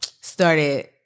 started